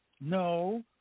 No